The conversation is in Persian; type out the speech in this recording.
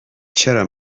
چرا